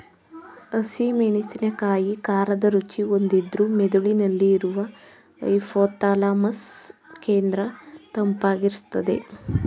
ಹಸಿ ಮೆಣಸಿನಕಾಯಿ ಖಾರದ ರುಚಿ ಹೊಂದಿದ್ರೂ ಮೆದುಳಿನಲ್ಲಿ ಇರುವ ಹೈಪೋಥಾಲಮಸ್ ಕೇಂದ್ರ ತಂಪಾಗಿರ್ಸ್ತದೆ